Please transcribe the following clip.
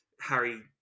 Harry